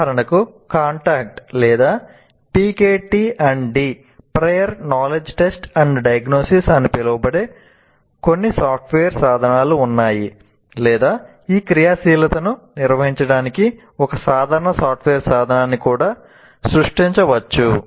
ఉదాహరణకు CONTACT లేదా PKTandD అని పిలువబడే కొన్ని సాఫ్ట్వేర్ సాధనాలు ఉన్నాయి లేదా ఈ క్రియాశీలతను నిర్వహించడానికి ఒక సాధారణ సాఫ్ట్వేర్ సాధనాన్ని కూడా సృష్టించవచ్చు